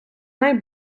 най